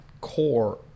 core